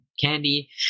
candy